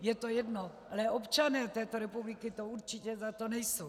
Je to jedno, ale občané této republiky to určitě za to nejsou.